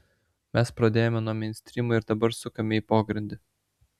mes pradėjome nuo meinstrymo ir dabar sukame į pogrindį